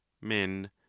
men